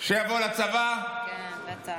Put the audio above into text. שיבוא לצבא, כן, בטח.